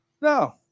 no